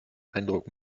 eindruck